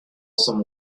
some